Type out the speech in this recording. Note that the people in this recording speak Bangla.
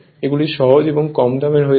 এগুলি সহজ এবং কম দামের হয়ে থাকে